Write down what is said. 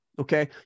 okay